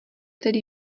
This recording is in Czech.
tedy